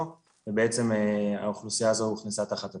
ובעצם האוכלוסייה הזאת הוכנסה תחת הצו.